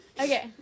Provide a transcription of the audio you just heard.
Okay